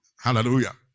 Hallelujah